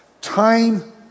time